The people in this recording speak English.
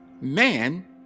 Man